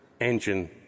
engine